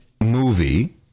movie